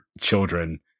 children